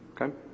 Okay